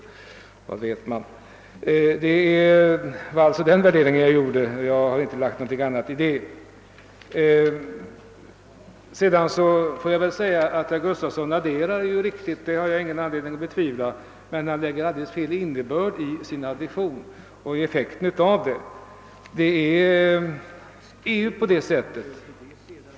Det var alltså den värdering jag gjorde och i detta yttrande har jag inte inlagt något annat. Att herr Gustafsson i Skellefteå adderar riktigt har jag ingen anledning att betvivla, men han lägger alldeles felaktig innebörd i sin addition och av den effekt den har.